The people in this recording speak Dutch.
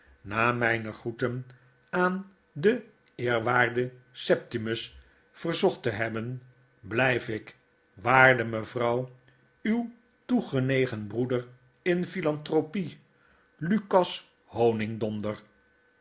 na myne groeten aan den eerwaarden septimus verzocht te hebben blijf ik waarde mevrouw uw toegenegen broeder in philanthropie lucas honigdonder